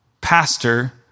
pastor